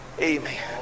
Amen